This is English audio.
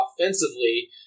offensively